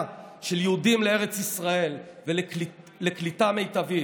של יהודים לארץ ישראל ולקליטה מיטבית.